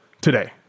Today